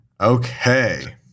Okay